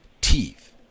teeth